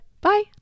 Bye